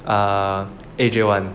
ah asia one